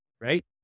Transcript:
right